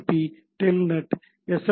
B telnet SM